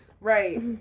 right